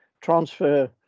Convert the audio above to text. transfer